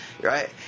right